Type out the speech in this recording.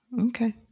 Okay